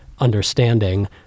Understanding